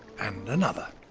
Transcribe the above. and another.